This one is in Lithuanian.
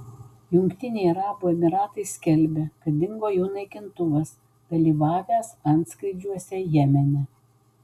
jungtiniai arabų emyratai skelbia kad dingo jų naikintuvas dalyvavęs antskrydžiuose jemene